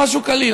משהו קליל.